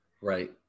Right